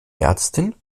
ärztin